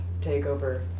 takeover